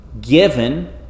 given